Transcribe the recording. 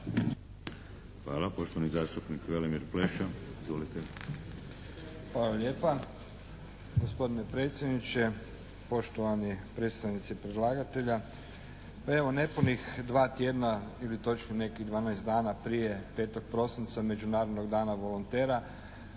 Hvala. Poštovani zastupnik Velimir Pleša. Izvolite. **Pleša, Velimir (HDZ)** Hvala lijepa. Gospodine predsjedniče, poštovani predstavnici predlagatelja pa evo nepunih 2 tjedna ili točnije nekih 12 dana prije 5. prosinca Međunarodnog dana volontera